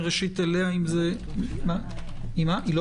היא לא